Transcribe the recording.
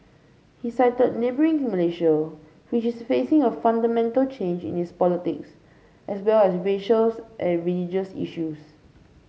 he cited neighbouring Malaysia which is facing a fundamental change in its politics as well as racial and religious issues